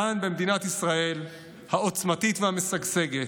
כאן, במדינת ישראל העוצמתית והמשגשגת,